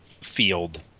Field